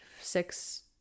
six